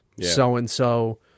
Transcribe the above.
so-and-so